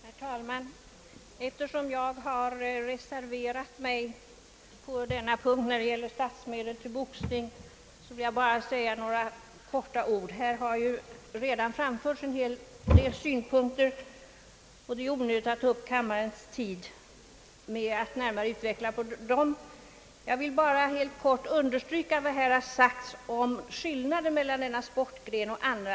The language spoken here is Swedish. Herr talman! Eftersom jag har reserverat mig på denna punkt, som gäller frågan om statsmedel till boxningen, vill jag göra några korta reflexioner. Det har redan anförts en del synpunkter på detta och det är onödigt att ta upp kammarens tid med att närmare utveckla ämnet. Jag vill bara helt kort understryka vad som påpekats om skillnaden mellan denna sportgren och andra.